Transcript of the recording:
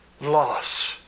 loss